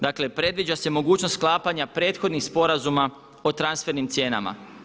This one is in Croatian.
Dakle, predviđa se mogućnost sklapanja prethodnih sporazuma o transfernim cijenama.